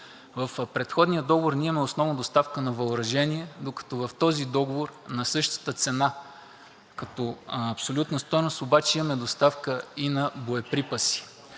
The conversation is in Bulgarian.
В предходния договор ние имаме основна доставка на въоръжение, докато в този договор, на същата като абсолютна стойност обаче имаме доставка и на боеприпаси.